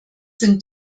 sind